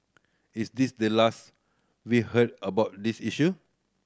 is this the last we heard about this issue